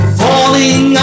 falling